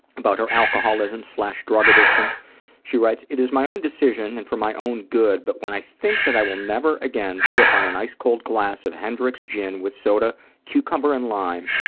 about her alcoholism drug addiction she writes, it is my own decision and for my own good, but when i think that i will never again sip on an ice-cold glass of hendrick's gin with soda cucumber and lime,